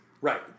right